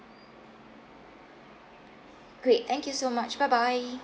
great thank you so much bye bye